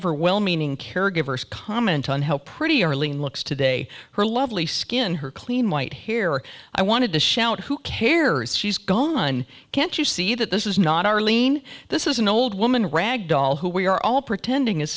meaning caregivers comment on how pretty early on looks today her lovely skin her clean white hair i wanted to shout who cares she's gone on can't you see that this is not arlene this is an old woman rag doll who we are all pretending i